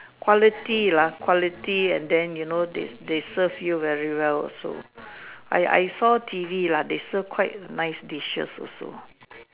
quality lah quality and then you know they serve you very well also I I saw T_V lah they serve quite nice dishes also